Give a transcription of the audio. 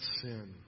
sin